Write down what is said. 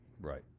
right